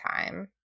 time